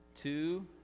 two